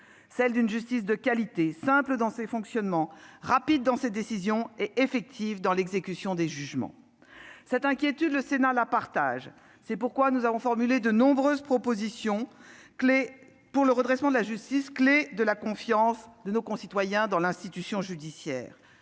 : une justice de qualité, simple dans son fonctionnement, rapide dans ses décisions et effective dans l'exécution de ses jugements. Cette inquiétude, le Sénat la partage ! C'est pourquoi nous avons formulé de nombreuses propositions pour le redressement de la justice, clé de la confiance de nos concitoyens dans l'institution judiciaire.